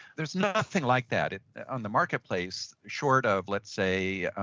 there's nothing like that on the marketplace short of, let's say,